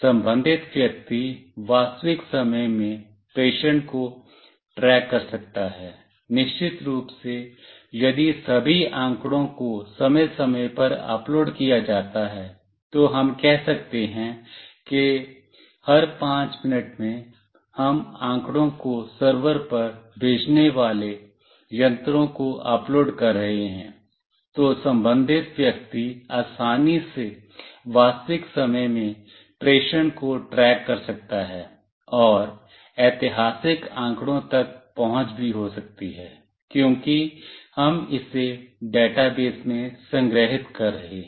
संबंधित व्यक्ति वास्तविक समय में प्रेषण को ट्रैक कर सकता है निश्चित रूप से यदि सभी आंकड़ों को समय समय पर अपलोड किया जाता है तो हम कह सकते कि हर 5 मिनट में हम आंकड़ों को सर्वर पर भेजने वाले यंत्रों को अपलोड कर रहे हैं तो संबंधित व्यक्ति आसानी से वास्तविक समय में प्रेषण को ट्रैक कर सकता है और ऐतिहासिक आंकड़ों तक पहुंच भी हो सकती है क्योंकि हम इसे डेटाबेस में संग्रहीत कर रहे हैं